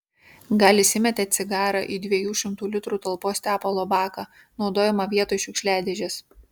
galis įmetė cigarą į dviejų šimtų litrų talpos tepalo baką naudojamą vietoj šiukšliadėžės